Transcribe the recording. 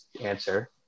answer